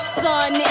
sun